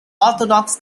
orthodox